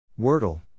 Wordle